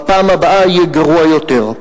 בפעם הבאה יהיה גרוע יותר.